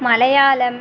Malayalam